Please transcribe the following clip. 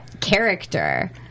character